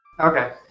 Okay